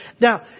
Now